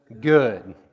good